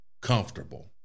comfortable